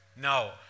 No